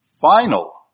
final